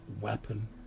weapon